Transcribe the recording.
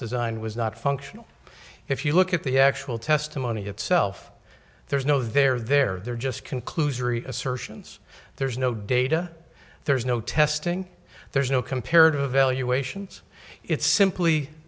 design was not functional if you look at the actual testimony itself there's no there there there just conclusory assertions there's no data there's no testing there's no comparative evaluations it's simply